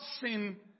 sin